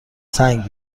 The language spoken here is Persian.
سنگ